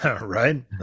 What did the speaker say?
Right